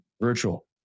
virtual